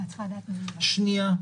מה קורה במקרה של סירוב?